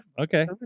Okay